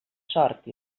sort